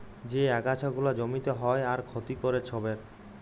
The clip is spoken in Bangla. যে আগাছা গুলা জমিতে হ্যয় আর ক্ষতি ক্যরে ছবের